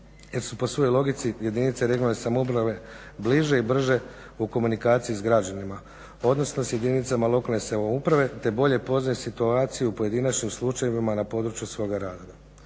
jer su po svojoj logici jedinice regionalne samouprave bliže i brže u komunikaciji s građanima, odnosno s jedinicama lokalne samouprave, te bolje poznaju situaciju u pojedinačnim slučajevima na području svoga rada.